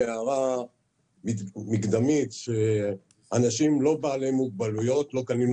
הערה מקדמית: לא "אנשים בעלי מוגבלויות" לא קנינו